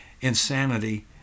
insanity